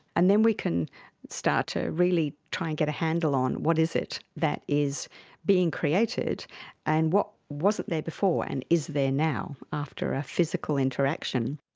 and then we can start to really try and get a handle on what is it that is being created and what wasn't there before and is there now after a physical interaction.